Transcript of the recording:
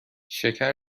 شکر